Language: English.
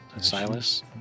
Silas